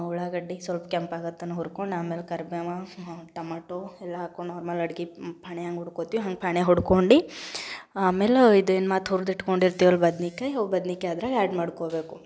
ಉಳ್ಳಾಗಡ್ಡಿ ಸಲ್ಪ ಕೆಂಪಾಗೊ ತನಕ ಹುರ್ಕೊಂಡು ಆಮೇಲೆ ಕರ್ಬೇವು ಟಮಾಟೋ ಎಲ್ಲ ಹಾಕ್ಕೊಂಡು ನಾರ್ಮಲ್ ಅಡ್ಗೆ ಪಣೆ ಹಂಗೆ ಹೊಡ್ಕೊತೀವಿ ಹಂಗೆ ಪಣೆ ಹೊಡ್ಕೊಂಡು ಆಮೇಲೆ ಇದೇನು ಮತ್ತು ಹುರ್ದು ಇಟ್ಕೊಂಡಿರ್ತೇವಲ್ಲ ಬದ್ನಿಕಾಯಿ ಅವು ಬದ್ನಿಕಾಯಿ ಅದ್ರಾಗ ಆ್ಯಡ್ ಮಾಡ್ಕೊಬೇಕು